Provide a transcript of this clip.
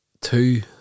two